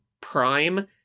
Prime